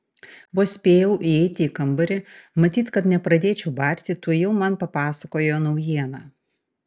vos spėjau įeiti į kambarį matyt kad nepradėčiau barti tuojau man papasakojo naujieną